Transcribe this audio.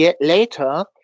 later